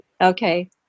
Okay